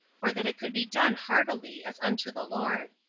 or that it could be done heartily, as unto the lord.